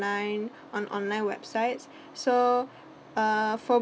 line on online websites so uh for